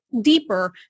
deeper